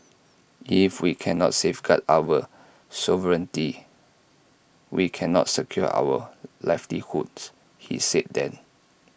if we cannot safeguard our sovereignty we cannot secure our livelihoods he said then